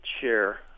share